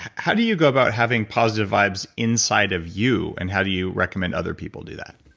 how do you go about having positive vibes inside of you and how do you recommend other people do that?